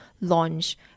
launch